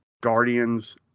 guardians